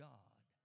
God